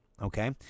Okay